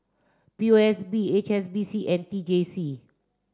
P O S B H S B C and T J C